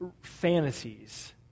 fantasies